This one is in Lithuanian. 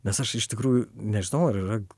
nes aš iš tikrųjų nežinau ar yra